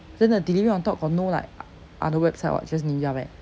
then the delivery on top got no like other website [what] it's just ninja van